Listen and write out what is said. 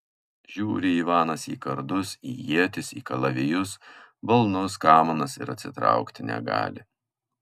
žiūri ivanas į kardus į ietis į kalavijus balnus kamanas ir atsitraukti negali